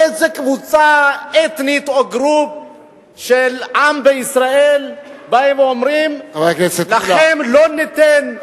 באיזה קבוצה אתנית או group של עם בישראל באים ואומרים: לכם לא ניתן,